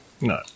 No